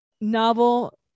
novel